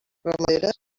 ramaderes